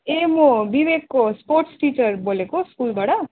ए म विवेकको sports teacher बोलेको स्कुलबाट